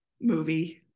Movie